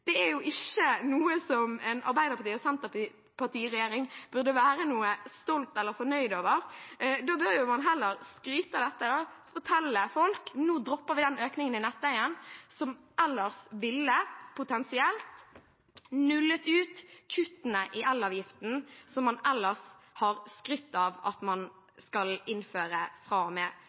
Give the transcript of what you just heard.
Det er ikke noe som en Arbeiderparti–Senterparti-regjering burde være noe stolt av eller fornøyd med. Da bør man heller skryte av dette og fortelle folk at nå dropper vi den økningen i nettleien som ellers potensielt ville nullet ut kuttene i elavgiften som man ellers har skrytt av at man skal innføre